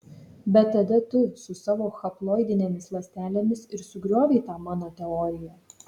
bet tada tu su savo haploidinėmis ląstelėmis ir sugriovei tą mano teoriją